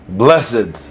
blessed